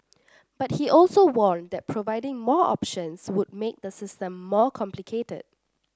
but he also warned that providing more options would make the system more complicated